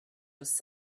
was